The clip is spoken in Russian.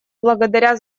благодаря